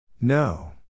No